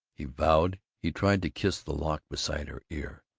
he vowed. he tried to kiss the lock beside her ear.